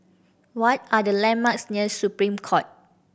what are the landmarks near Supreme Court